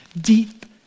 deep